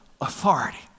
authority